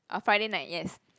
oh Friday night yes